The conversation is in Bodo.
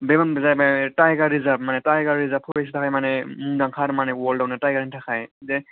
टाइगार रिजार्ब माने टाइगार रिजार्ब परेस्टनि थाखाय माने मुंदांखा आरो वार्लदावनो टाइगारनि थाखाय दे